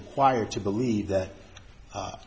required to believe that